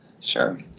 Sure